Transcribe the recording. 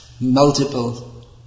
multiple